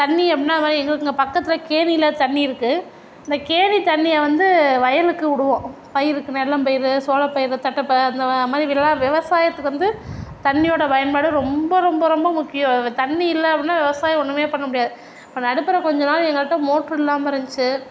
தண்ணி அப்படின்னா வாய் எங்களுக்கு இங்கே பக்கத்தில் கேணியில் தண்ணி இருக்குது இந்த கேணி தண்ணியை வந்து வயலுக்கு விடுவோம் பயிருக்கு நெல்லம்பயிறு சோளப்பயிறு தட்டப்பா அந்த மா மாதிரி வில்லா விவசாயத்துக்கு வந்து தண்ணியோடய பயன்பாடு ரொம்ப ரொம்ப ரொம்ப முக்கியம் தண்ணி இல்லை அப்படின்னா விவசாயம் ஒன்றுமே பண்ண முடியாது இப்போ நடுப்பர கொஞ்ச நாள் எங்ககிட்ட மோட்டரு இல்லாமல் இருந்துச்சு